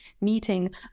meeting